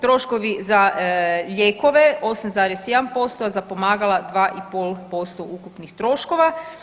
Troškovi za lijekove 8,1%, a za pomagala 2,5% ukupnih troškova.